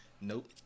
nope